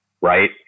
right